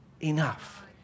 enough